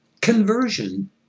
conversion